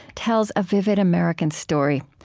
tells a vivid american story.